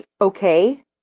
okay